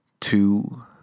two